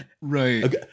right